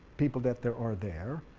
people that there are there,